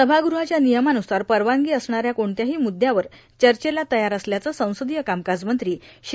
सभागृहाच्या नियमानुसार परवानगी असणाऱ्या क्रेणत्याही मुद्यावर चर्चेला तयार असल्याचे संसदीय कामकाजमंत्री श्री